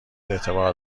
اعتبار